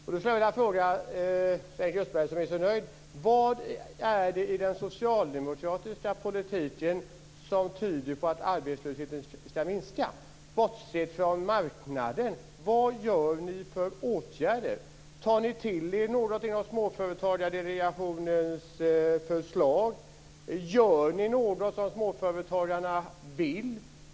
Jag skulle vilja fråga Sven-Erik Österberg, som är så nöjd: Vad är det i den socialdemokratiska politiken som tyder på att arbetslösheten ska minska? Bortsett från marknaden - vad vidtar ni för åtgärder? Tar ni till er någonting av Småföretagsdelegationens förslag? Gör ni något som småföretagarna vill?